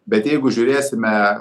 bet jeigu žiūrėsime